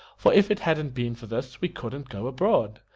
for if it hadn't been for this we couldn't go abroad!